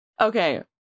Okay